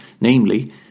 Namely